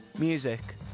Music